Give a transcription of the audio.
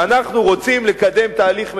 שאנחנו רוצים לקדם תהליך מדיני,